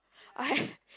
I